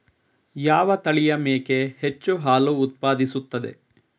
ಯಾವ ತಳಿಯ ಮೇಕೆ ಹೆಚ್ಚು ಹಾಲು ಉತ್ಪಾದಿಸುತ್ತದೆ?